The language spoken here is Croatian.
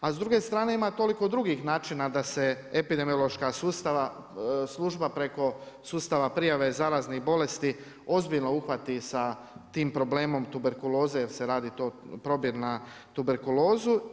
A s druge strane ima toliko načina da se epidemiološka službe preko sustava prijave zaraznih bolesti ozbiljno uhvati sa tim problemom tuberkuloze jer se radi to probir na tuberkulozu.